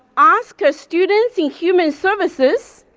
ask ah students in human services.